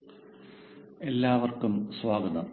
conic sections III എല്ലാവർക്കും സ്വാഗതം